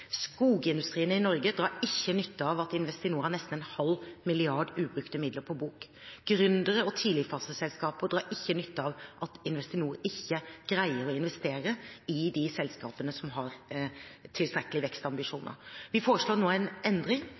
Skogindustrien i Norge drar ikke nytte av at Investinor har nesten 0,5 mrd. kr ubrukte midler på bok. Gründere og tidligfaseselskaper drar ikke nytte av at Investinor ikke greier å investere i de selskapene som har tilstrekkelige vekstambisjoner. Vi foreslår nå en endring.